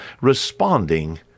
responding